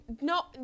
no